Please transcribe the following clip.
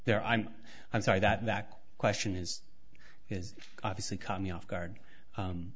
there i'm i'm sorry that that question is is obviously caught me off guard